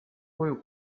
koju